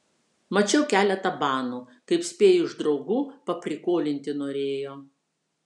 mačiau keletą banų kaip spėju iš draugų paprikolinti norėjo